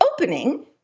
opening